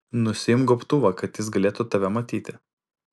nusiimk gobtuvą kad jis galėtų tave matyti